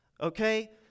okay